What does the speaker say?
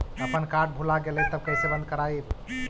अपन कार्ड भुला गेलय तब कैसे बन्द कराइब?